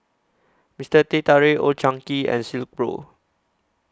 Mister Teh Tarik Old Chang Kee and Silkpro